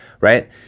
right